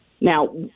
now